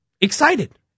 excited